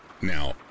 Now